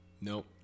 Nope